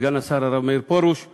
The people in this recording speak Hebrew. סגן השר הרב מאיר פרוש,